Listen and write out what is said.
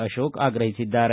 ಅಶೋಕ ಆಗ್ರಹಿಸಿದ್ದಾರೆ